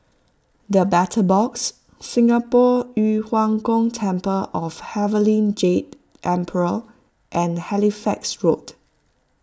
the Battle Box Singapore Yu Huang Gong Temple of Heavenly Jade Emperor and Halifax Road